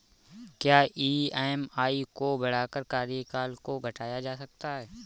क्या ई.एम.आई को बढ़ाकर कार्यकाल को घटाया जा सकता है?